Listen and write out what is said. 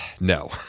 no